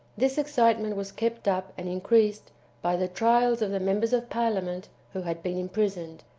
this excitement was kept up and increased by the trials of the members of parliament who had been imprisoned.